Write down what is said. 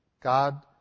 God